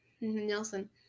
Nelson